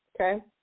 okay